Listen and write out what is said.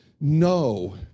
no